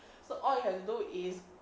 so all you have to do is